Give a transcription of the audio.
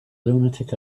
lunatic